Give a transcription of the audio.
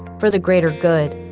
for the greater good,